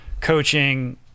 coaching